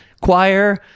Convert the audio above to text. choir